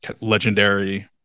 legendary